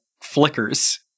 flickers